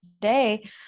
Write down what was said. today